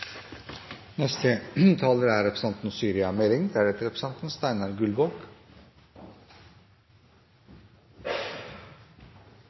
neste taler er representanten Anne Marit Bjørnflaten. Representanten